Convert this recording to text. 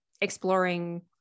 exploring